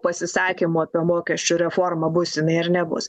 pasisakymų apie mokesčių reformą bus jinai ar nebus